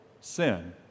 sin